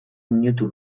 minutu